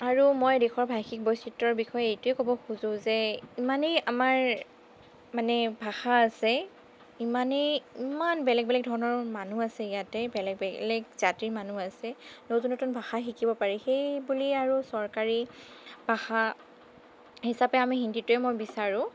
আৰু মই দেশৰ ভাষিক বৈচিত্ৰৰ বিষয়ে এইটোৱে কব খোজোঁ যে ইমানেই আমাৰ মানে ভাষা আছে ইমানই ইমান বেলেগ বেলেগ ধৰণৰ মানুহ আছে ইয়াতে বেলেগ বেলেগ জাতিৰ মানুহ আছে নতুন নতুন ভাষা শিকিব পাৰি সেই বুলি আৰু চৰকাৰী ভাষা হিচাপে আমি হিন্দীটোৱে মই বিচাৰোঁ